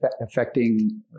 affecting